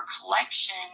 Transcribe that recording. collection